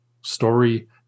story